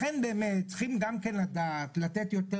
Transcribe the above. לכן באמת צריכים גם כן לדעת לתת יותר